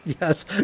yes